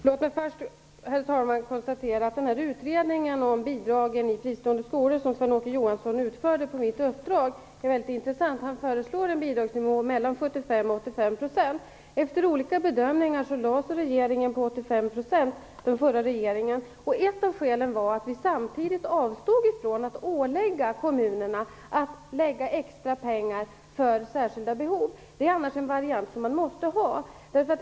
Herr talman! Låt mig först konstatera att den utredning om bidragen till fristående skolor som Sven-Åke Johansson utförde på mitt uppdrag är mycket intressant. Han föreslår ett bidrag på mellan 75 och 85 %. Efter olika bedömningar stannade den förra regeringen för 85 %. Ett av skälen härtill var att vi samtidigt avstod från att ålägga kommunerna att anslå extra pengar för särskilda behov. Det är en variant som man annars måste ha.